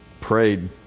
prayed